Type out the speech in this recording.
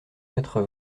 quatre